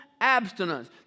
abstinence